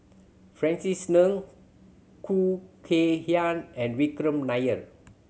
Francis Ng Khoo Kay Hian and Vikram Nair